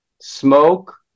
smoke